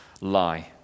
lie